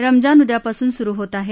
रमजान उद्यापासून सुरु होत आहे